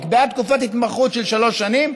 נקבעה תקופת התמחות של שלוש שנים,